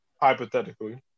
hypothetically